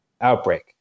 outbreak